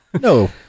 No